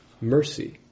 Mercy